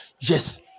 Yes